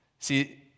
See